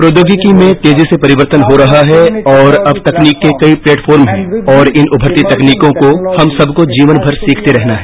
प्रौद्योगिकी में तेजी से परिवर्तन हो रहा है और अब तक अब तकनीक के कई प्लेटफॉर्म है और इन उभरती नई तकनीकों को हम सबको जीवनभर सीखते रहना है